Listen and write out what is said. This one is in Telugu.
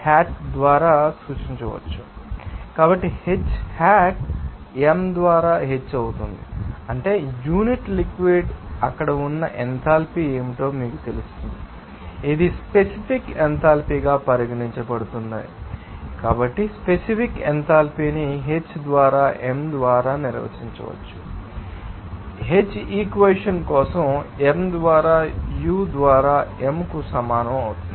కాబట్టి H హెట్ m ద్వారా H అవుతుంది అంటే యూనిట్ లిక్విడ్ అక్కడ ఉన్న ఎంథాల్పీ ఏమిటో మీకు తెలుస్తుంది ఇది స్పెసిఫిక్ ఎంథాల్పీగా పరిగణించబడుతుందని మీకు తెలుసు కాబట్టి ఇది స్పెసిఫిక్ ఎంథాల్పీని H ద్వారా m ద్వారా నిర్వచించవచ్చు H ఈ ఈక్వెషన్ కోసం m ద్వారా U ద్వారా m కు సమానం అవుతుంది